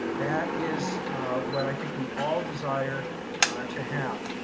that is what i think we all desire to have.